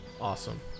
Awesome